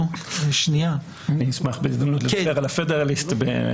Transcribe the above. אני אשמח בהזדמנות לדבר על ה-Federalist.